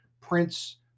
Prince